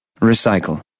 Recycle